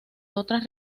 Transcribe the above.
otras